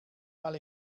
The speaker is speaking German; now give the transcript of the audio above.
mal